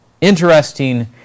Interesting